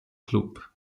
klub